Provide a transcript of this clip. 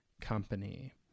company